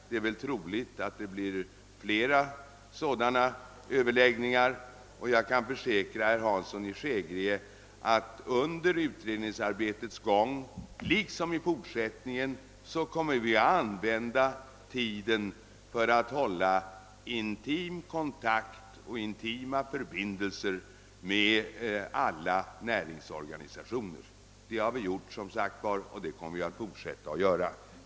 Det är troligt att det blir flera sådana överläggningar, och jag kan försäkra herr Hansson i Skegrie att under utredningsarbetets gång liksom i fortsättningen kommer vi att använda tiden för att hålla nära och fortlöpande kontakt med alla näringsorganisationer. Det har vi gjort och det kommer vi att göra.